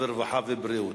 הרווחה והבריאות,